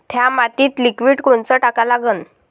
थ्या मातीत लिक्विड कोनचं टाका लागन?